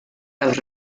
las